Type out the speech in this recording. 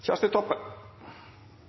Kjersti Toppe